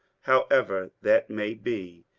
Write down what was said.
however that may be,